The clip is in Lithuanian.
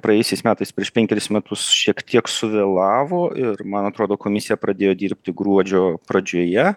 praėjusiais metais prieš penkerius metus šiek tiek suvėlavo ir man atrodo komisija pradėjo dirbti gruodžio pradžioje